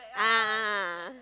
ah ah